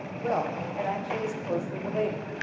well, it actually is closely related.